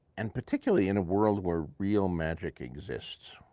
and particularly in a world where real magic exists.